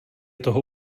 toho